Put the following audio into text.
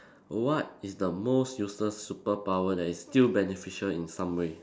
what is the most useless superpower that is still beneficial in some way